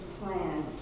plan